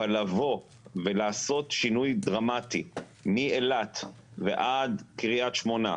אבל לעשות שינוי דרמטי מאילת ועד קריית שמונה,